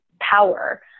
power